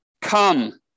come